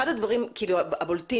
אחד הדברים הבולטים,